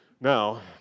Now